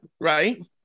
Right